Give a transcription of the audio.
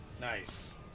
Nice